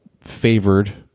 favored